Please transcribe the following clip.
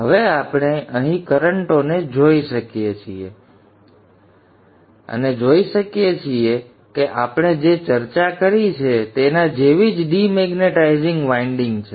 હવે આપણે અહીં કરન્ટોને જોઈ શકીએ છીએ અને જોઈ શકીએ છીએ કે આપણે જે ચર્ચા કરી છે તેના જેવી જ ડિમેગ્નેટાઇઝિંગ વાઇન્ડિંગ છે